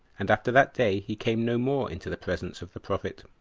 and after that day he came no more into the presence of the prophet.